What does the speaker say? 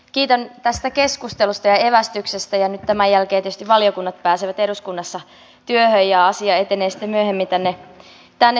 kiitän tästä keskustelusta ja evästyksestä ja nyt tämän jälkeen tietysti valiokunnat pääsevät eduskunnassa työhön ja asia etenee sitten myöhemmin tänne saliin